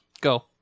go